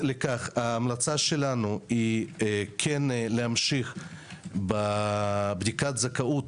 ההמלצה שלנו היא כן להמשיך בבדיקת זכאות